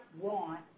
want